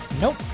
Nope